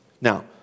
Now